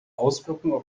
auswirkungen